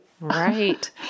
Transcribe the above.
Right